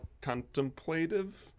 contemplative